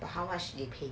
but how much